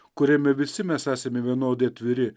kuriame visi mes esame vienodai atviri